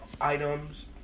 items